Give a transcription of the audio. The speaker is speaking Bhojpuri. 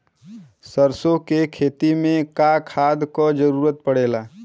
सरसो के खेती में का खाद क जरूरत पड़ेला?